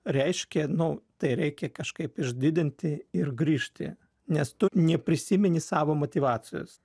reiškia nu tai reikia kažkaip išdidinti ir grįžti nes tu neprisimeni savo motyvacijos